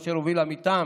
אשר הובילה מטעם